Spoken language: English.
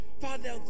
Father